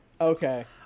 okay